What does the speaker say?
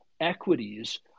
equities